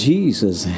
Jesus